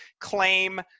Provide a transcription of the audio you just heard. claim